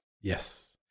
Yes